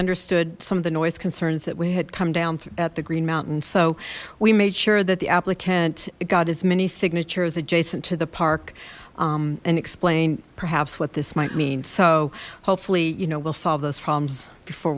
understood some of the noise concerns that we had come down at the green mountain so we made sure that the applicant got as many signatures adjacent to the park and explained perhaps what this might mean so hopefully you know we'll solve those problems before